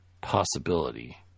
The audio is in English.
possibility